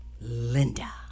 Linda